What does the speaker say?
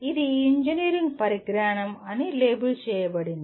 ఇది ఇంజనీరింగ్ పరిజ్ఞానం అని లేబుల్ చేయబడింది